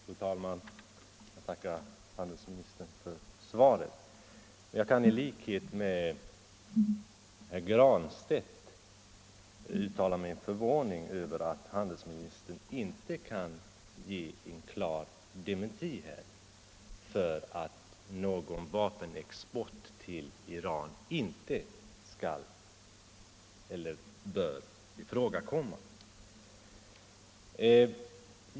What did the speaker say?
Fru talman! Jag tackar handelsministern för svaret. Jag kan i likhet med herr Granstedt uttala min förvåning över att handelsministern inte kan ge en klar dementi, att någon vapenexport till Iran inte bör ifrågakomma.